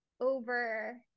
over